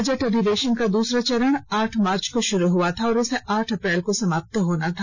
budget अधिवेशन का दूसरा चरण आठ मार्च को शुरू हुआ था और इसे आठ अप्रैल को समाप्त होना था